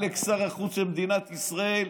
עלק שר החוץ של מדינת ישראל,